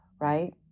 right